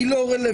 היא לא רלוונטית.